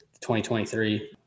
2023